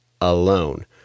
alone